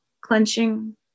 clenching